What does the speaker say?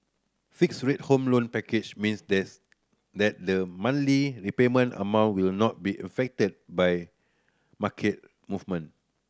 fixed rate Home Loan packages means this that the monthly repayment amount will not be affected by market movement